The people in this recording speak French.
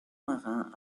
marins